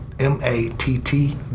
M-A-T-T